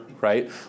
right